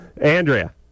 Andrea